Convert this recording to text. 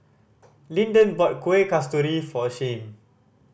Lyndon brought Kueh Kasturi for Shyheim